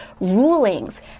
rulings